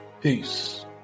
Peace